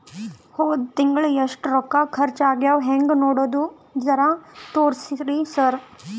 ಹೊದ ತಿಂಗಳ ಎಷ್ಟ ರೊಕ್ಕ ಖರ್ಚಾ ಆಗ್ಯಾವ ಹೆಂಗ ನೋಡದು ಜರಾ ತೋರ್ಸಿ ಸರಾ?